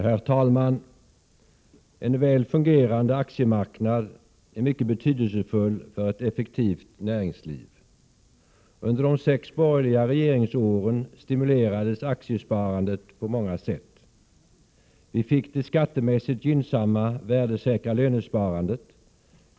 Herr talman! En väl fungerande aktiemarknad är mycket betydelsefull för ett effektivt näringsliv. Under de sex borgerliga regeringsåren stimulerades aktiesparandet på många sätt. Vi fick det skattemässigt gynnsamma, värdesäkra lönesparandet.